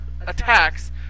attacks